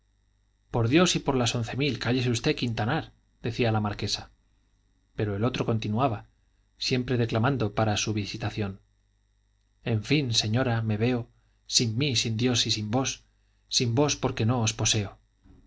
por dios y por las once mil cállese usted quintanar decía la marquesa pero el otro continuaba siempre declamando para su visitación en fin señora me veo sin mí sin dios y sin vos sin vos porque no os poseo